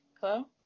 hello